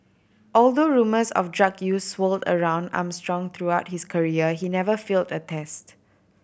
although rumours of drug use swirled around Armstrong throughout his career he never failed a test